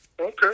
Okay